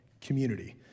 community